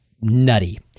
nutty